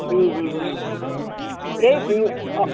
এই তিনি অঁ